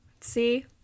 See